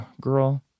Girl